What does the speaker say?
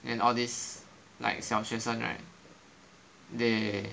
and all this like 小学生 right they